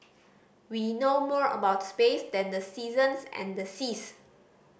we know more about space than the seasons and the seas